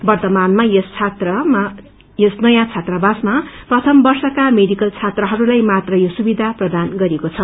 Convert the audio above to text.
वर्ममानमा यस नयाँ छत्रावासमा प्रथम वर्षका मेडिकल छात्रहरूलाई मात्र यो सुविधा प्रदान गरिएको छ